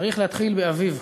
צריך להתחיל באביו,